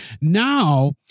Now